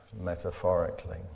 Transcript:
metaphorically